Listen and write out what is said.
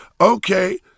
Okay